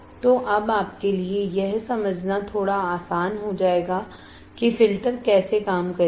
तो अब आपके लिए यह समझना थोड़ा आसान हो जाएगा कि फ़िल्टर कैसे काम करेगा